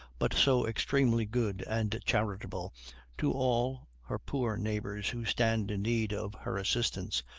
but so extremely good and charitable to all her poor neighbors who stand in need of her assistance,